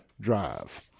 Drive